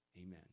Amen